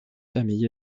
famille